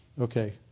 Okay